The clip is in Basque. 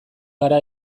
gara